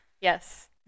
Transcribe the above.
Yes